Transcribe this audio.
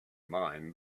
mind